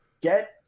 get